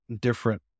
different